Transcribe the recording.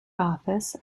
office